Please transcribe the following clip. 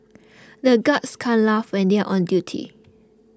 the guards can't laugh when they are on duty